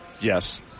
Yes